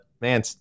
man